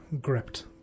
Gripped